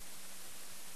ולמעשה